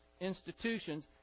institutions